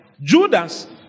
Judas